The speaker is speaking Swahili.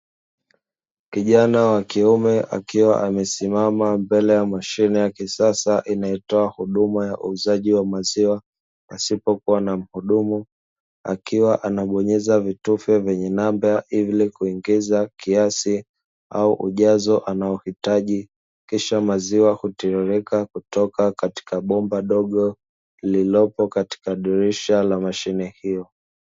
Kijana wa kiume akiwa amesimama mbele ya mashine ya kisasa inayotoa huduma ya uuzaji wa maziwa pasipokuwa na mhudumu, akiwa anabonyeza vitufe vyenye namba ili kuingiza kiasi au ujazo unaohitaji kisha maziwa huteleleka kutoka katika bomba dogo lililopo katika dirisha la mashine hiyo.